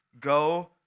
Go